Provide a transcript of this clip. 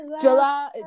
July